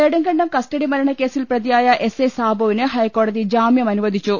Nedumkandam custody മരണക്കേസിൽ പ്രതിയായ SI സാബുവിന് ഹൈക്കോടതി ജാമ്യം അനുവദിച്ചു